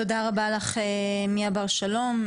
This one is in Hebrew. תודה רבה לך מאיה בר שלום,